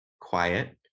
quiet